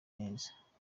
neza